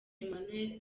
emmanuel